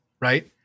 Right